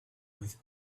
with